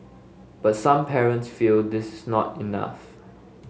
but some parents feel this is not enough